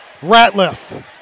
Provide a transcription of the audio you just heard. Ratliff